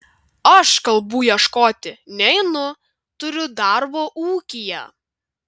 aš kalbų ieškoti neinu turiu darbo ūkyje